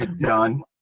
done